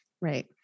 Right